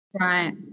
Right